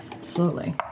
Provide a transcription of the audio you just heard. Slowly